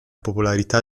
popolarità